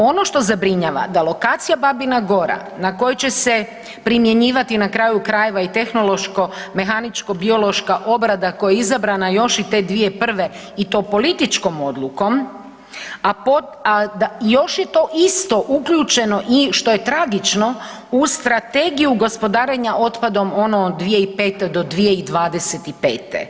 Ono što zabrinjava da lokacija Babina Gora na kojoj će se primjenjivati na kraju krajeva i tehnološko mehaničko biološka obrada koja je izabrana još i te 2001.iI to političkom odlukom, a da i još je to isto uključeno što je tragično u Strategiju gospodarenja otpadom onom od 2005. do 2025.